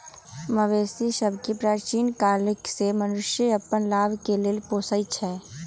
मवेशि सभके प्राचीन काले से मनुष्य अप्पन लाभ के लेल पोसइ छै